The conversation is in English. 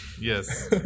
Yes